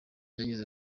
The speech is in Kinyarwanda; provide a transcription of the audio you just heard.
ryageze